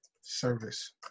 Service